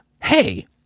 Hey